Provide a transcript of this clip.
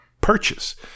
purchase